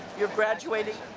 you're graduating,